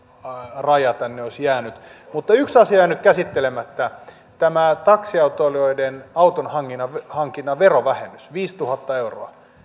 raja tänne olisi jäänyt mutta yksi asia on jäänyt käsittelemättä tämä taksiautoilijoiden auton hankinnan hankinnan verovähennys viisituhatta euroa